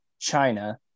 China